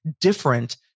different